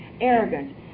arrogant